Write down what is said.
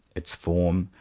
its form,